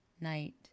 night